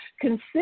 consider